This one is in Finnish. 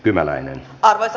arvoisa puhemies